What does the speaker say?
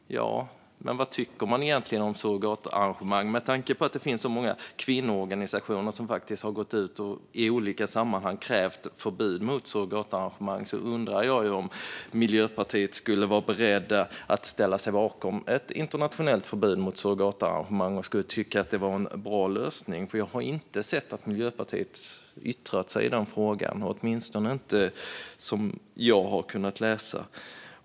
Ja, men vad tycker man egentligen om surrogatarrangemang? Med tanke på att det finns så många kvinnoorganisationer som har gått ut och i olika sammanhang krävt ett förbud mot surrogatarrangemang undrar jag ju om Miljöpartiet är berett att ställa sig bakom ett internationellt förbud mot surrogatarrangemang och tycker att det skulle vara en bra lösning. Jag har inte sett att Miljöpartiet yttrat sig i den frågan, åtminstone inte som jag kunnat läsa.